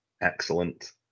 excellent